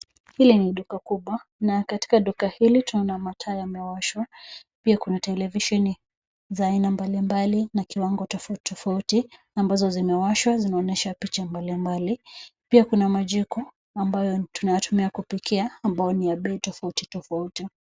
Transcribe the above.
Hili ni duka kubwa, na katika duka hili tunaona mataa yamewashwa pia kuna televisheni za aina mbalimbali na kiwango tofauti tofauti ambazo zimewashwa zinaonyesha picha mbalimbali. Pia kuna majiko ambayo tunayatumia kupikia ambayo ni ya bei tofauti tofauti